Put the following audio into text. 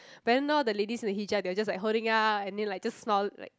then now the ladies in the hijab they are just like holding up and then like smile like